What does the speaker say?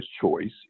choice